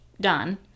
done